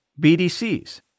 BDCs